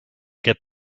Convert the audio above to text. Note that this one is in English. get